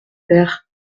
père